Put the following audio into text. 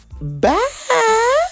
Bye